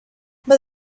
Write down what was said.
but